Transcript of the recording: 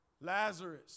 Lazarus